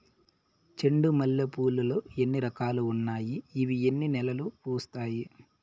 చెండు మల్లె పూలు లో ఎన్ని రకాలు ఉన్నాయి ఇవి ఎన్ని నెలలు పూస్తాయి